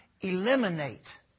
Eliminate